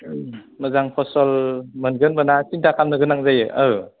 मोजां फसल मोनगोन मोना सिन्था खालामनो गोनां जायो